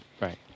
Right